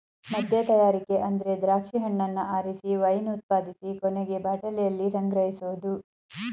ಮದ್ಯತಯಾರಿಕೆ ಅಂದ್ರೆ ದ್ರಾಕ್ಷಿ ಹಣ್ಣನ್ನ ಆರಿಸಿ ವೈನ್ ಉತ್ಪಾದಿಸಿ ಕೊನೆಗೆ ಬಾಟಲಿಯಲ್ಲಿ ಸಂಗ್ರಹಿಸೋದು